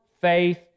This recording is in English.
faith